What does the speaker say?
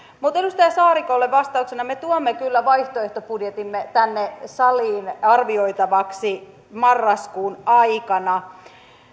mutta edustaja saarikolle vastauksena me tuomme kyllä vaihtoehtobudjettimme tänne saliin arvioitavaksi marraskuun aikana